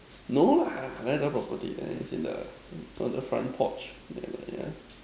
no lah landed property which is in the with the front porch